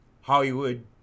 Hollywood